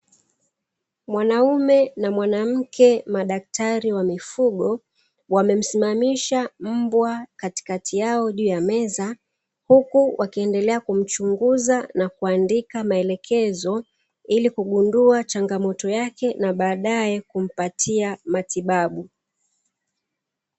Mwanaume na mwanamke madaktari wa mifugo wamemsimamisha mbwa katikati yao juu ya meza, huku wakiendelea kumchunguza na kuandika maelekezo ili kugundua changamoto yake na baadae kumpatia matibabu.